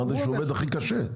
אמרתי שהוא עובד הכי קשה.